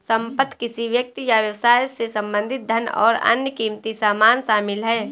संपत्ति किसी व्यक्ति या व्यवसाय से संबंधित धन और अन्य क़ीमती सामान शामिल हैं